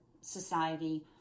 Society